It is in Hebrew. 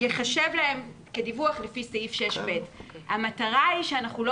ייחשב להם כדיווח לפי סעיף 6ב. המטרה היא שאנחנו לא